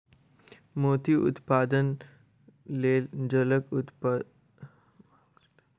मोती उत्पादनक लेल जलक उपलब्धता आवश्यक होइत छै